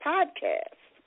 Podcast